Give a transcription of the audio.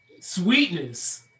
Sweetness